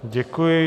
Děkuji.